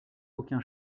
aucun